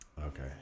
Okay